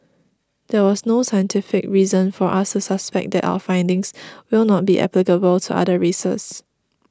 there was no scientific reason for us suspect that our findings will not be applicable to other races